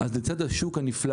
אז לצד השוק הנפלא